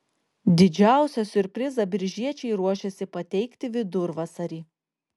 didžiausią siurprizą biržiečiai ruošiasi pateikti vidurvasarį